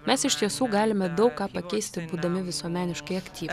mes iš tiesų galime daug ką pakeisti būdami visuomeniškai aktyvūs